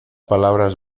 palabras